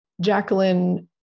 Jacqueline